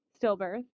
stillbirth